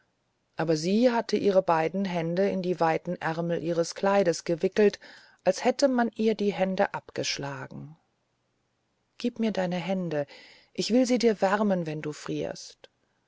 aber sie hatte ihre beiden hände in die weiten ärmel ihres kleides gewickelt als hätte man ihr die hände abgeschlagen gib mir deine hände ich will sie dir wärmen wenn du frierst